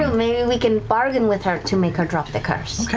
maybe we can bargain with her to make her drop the curse.